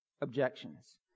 objections